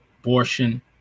abortion